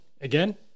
again